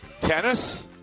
Tennis